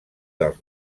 dels